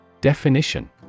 Definition